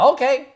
Okay